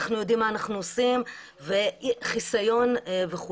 אנחנו יודעים מה אנחנו עושים וחיסיון וכו'.